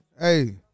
hey